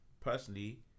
Personally